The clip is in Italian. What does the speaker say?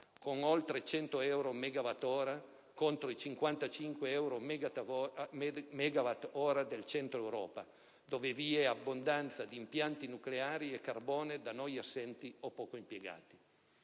con oltre 100 euro/Mwh, contro i 55 euro/Mwh del centro Europa, dove vi è abbondanza di impianti nucleari e carbone, da noi assenti o poco impiegati.